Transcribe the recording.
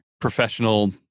professional